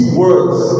words